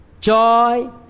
joy